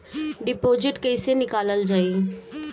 Deposit कैसे निकालल जाइ?